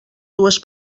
dues